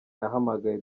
yahamagaye